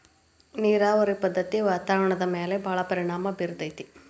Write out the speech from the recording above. ನೇರಾವರಿ ಪದ್ದತಿ ವಾತಾವರಣದ ಮ್ಯಾಲ ಭಾಳ ಪರಿಣಾಮಾ ಬೇರತತಿ